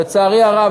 לצערי הרב,